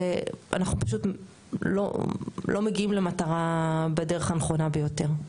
ואנחנו פשוט לא מגיעים למטרה בדרך הנכונה ביותר.